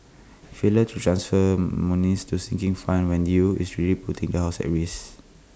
failure to transfer monies to sinking fund when due is really putting the house at risk